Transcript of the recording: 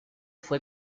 fue